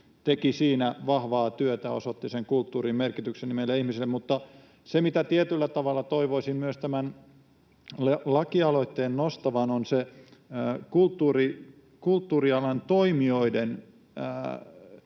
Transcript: teki siinä vahvaa työtä, että osoitti kulttuurin merkityksen meille ihmisille. Mutta se, mitä tietyllä tavalla toivoisin myös tämän lakialoitteen nostavan, on kulttuurialan toimijoiden